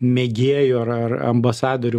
mėgėjų ar ambasadorių